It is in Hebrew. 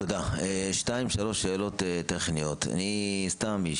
היא לא נמצאת, אני במקומה.